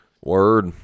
Word